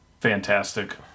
fantastic